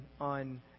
on